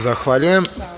Zahvaljujem.